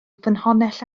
ffynhonnell